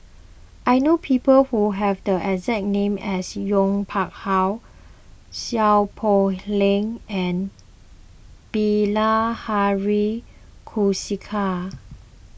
I know people who have the exact name as Yong Pung How Seow Poh Leng and Bilahari Kausikan